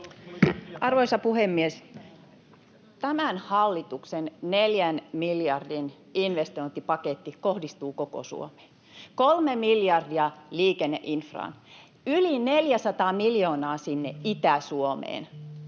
Arvoisa puhemies! Tämän hallituksen neljän miljardin investointipaketti kohdistuu koko Suomeen: kolme miljardia liikenneinfraan, yli 400 miljoonaa sinne Itä-Suomeen